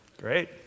great